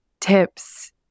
tips